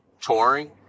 touring